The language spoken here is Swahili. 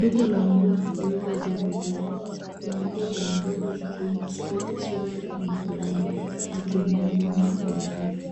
Duka la nguo lililojaa bidhaa. Kuna nguo mbalimbali zikiwemo sketi, suruali na magauni zikining'inia kwenye rafu.